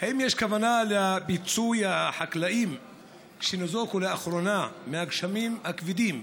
אם יש כוונה לפיצוי החקלאים שניזוקו לאחרונה מהגשמים הכבדים,